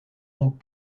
ont